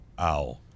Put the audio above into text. Ow